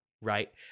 right